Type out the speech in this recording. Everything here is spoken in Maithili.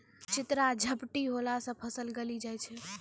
चित्रा झपटी होला से फसल गली जाय छै?